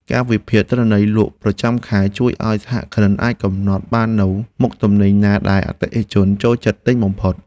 ការវិភាគទិន្នន័យលក់ប្រចាំខែជួយឱ្យសហគ្រិនអាចកំណត់បាននូវមុខទំនិញណាដែលអតិថិជនចូលចិត្តទិញបំផុត។